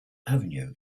avenue